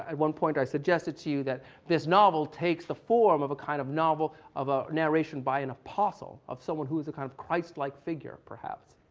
and one point i suggested to you that this novel takes the form of a kind of novel of a narration by an apostle, of someone who is a kind of christ-like figure, perhaps.